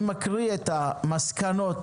אני מקריא את המסקנות.